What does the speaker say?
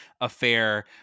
Affair